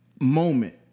moment